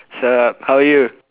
sup how are you